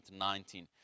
2019